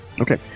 Okay